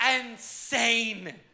insane